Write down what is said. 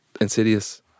Insidious